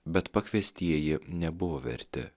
bet pakviestieji nebuvo verti